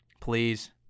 Please